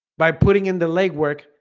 by putting in the legwork